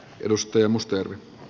arvoisa puhemies